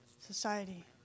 society